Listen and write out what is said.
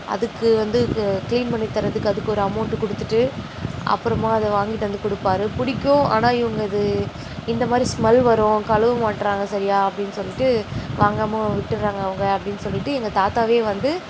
அதுக்கு வந்து க கிளீன் பண்ணி தரத்துக்கு அதுக்கு ஒரு அமௌண்ட்டு கொடுத்துட்டு அப்புறமாக அதை வாங்கிட்டு வந்து கொடுப்பாரு பிடிக்கும் ஆனால் இவங்க இது இந்த மாதிரி ஸ்மல் வரும் கழுவ மாட்டேறாங்க சரியாக அப்படின் சொல்லிவிட்டு வாங்காமல் விட்டுடுறாங்க அவங்க அப்படின் சொல்லிவிட்டு எங்கள் தாத்தாவே வந்து